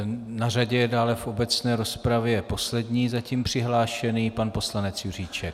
Na řadě je dále v obecné rozpravě poslední zatím přihlášený pan poslanec Juříček.